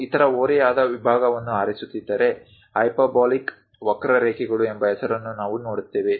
ನಾವು ಇತರ ಓರೆಯಾದ ವಿಭಾಗವನ್ನು ಆರಿಸುತ್ತಿದ್ದರೆ ಹೈಪರ್ಬೋಲಿಕ್ ವಕ್ರಾರೇಖೆಗಳು ಎಂಬ ಹೆಸರನ್ನು ನಾವು ನೋಡುತ್ತೇವೆ